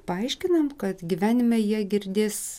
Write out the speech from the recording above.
paaiškinam kad gyvenime jie girdės